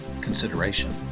consideration